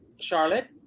Charlotte